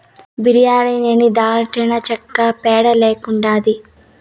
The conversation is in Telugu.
బిర్యానీ లేని దాల్చినచెక్క పేడ లెక్కుండాది